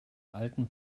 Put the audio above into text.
alten